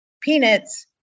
Peanuts